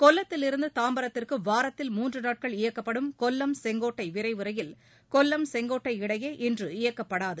கொல்லத்திலிருந்து தாம்பரத்திற்கு வாரத்தில் மூன்று நாட்கள் இயக்கப்படும் கொல்லம் செங்கோட்டை விரைவு ரயில் கொல்லம் செங்கோட்டை இடையே இன்று இயக்கப்படாது